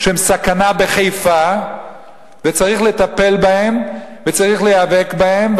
שהם סכנה בחיפה וצריך לטפל בהם וצריך להיאבק בהם.